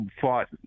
fought